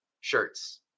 shirts